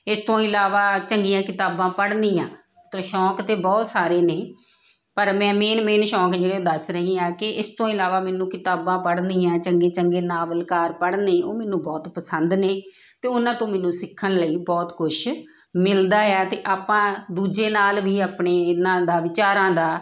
ਇਸ ਤੋਂ ਇਲਾਵਾ ਚੰਗੀਆਂ ਕਿਤਾਬਾਂ ਪੜ੍ਹਨੀਆਂ ਤਾਂ ਸ਼ੌਂਕ ਤਾਂ ਬਹੁਤ ਸਾਰੇ ਨੇ ਪਰ ਮੈਂ ਮੇਨ ਮੇਨ ਸ਼ੌਂਕ ਜਿਹੜੇ ਉਹ ਦੱਸ ਰਹੀ ਹਾਂ ਕਿ ਇਸ ਤੋਂ ਇਲਾਵਾ ਮੈਨੂੰ ਕਿਤਾਬਾਂ ਪੜ੍ਹਨੀਆਂ ਚੰਗੇ ਚੰਗੇ ਨਾਵਲਕਾਰ ਪੜ੍ਹਨੇ ਉਹ ਮੈਨੂੰ ਬਹੁਤ ਪਸੰਦ ਨੇ ਅਤੇ ਉਹਨਾਂ ਤੋਂ ਮੈਨੂੰ ਸਿੱਖਣ ਲਈ ਬਹੁਤ ਕੁਛ ਮਿਲਦਾ ਆ ਅਤੇ ਆਪਾਂ ਦੂਜੇ ਨਾਲ ਵੀ ਆਪਣੇ ਇਹਨਾਂ ਦਾ ਵਿਚਾਰਾਂ ਦਾ